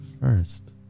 first